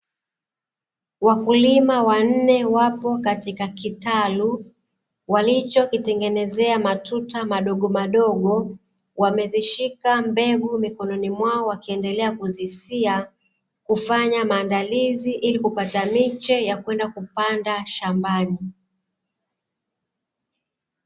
Wakulima wanne wapo katika kitalu, walichokitengenezea matuta madogomadogo wamezishika mbegu mikononi mwao wakiendelea kuzisia kufanya maandalizi ili kupata miche ya kupanda shambani.